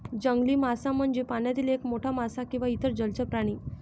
जंगली मासा म्हणजे पाण्यातील एक मोठा मासा किंवा इतर जलचर प्राणी